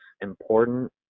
important